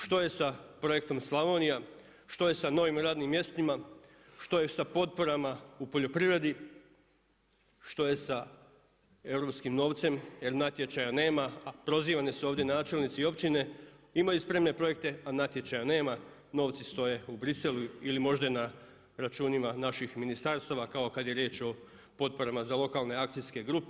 Što je sa Projektom „Slavonija“, što je sa novim radnim mjestima, što je sa potporama u poljoprivredi, što je sa europskim novcem jer natječaja nema, prozivani su ovdje načelnici općine, imaju spremne projekte, a natječaja nema, novci stoje u Bruxellesu ili možda na računima naših ministarstava kao kada je riječ o potporama za lokalne akcijske grupe.